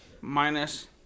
minus